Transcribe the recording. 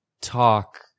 talk